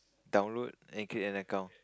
download and create an account